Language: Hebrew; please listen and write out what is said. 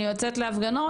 אני יוצאת להפגנות,